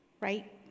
right